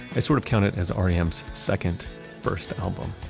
i sort of counted as r e m's second first album.